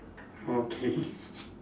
okay